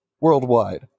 worldwide